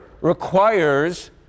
requires